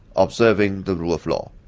observing the rule of law.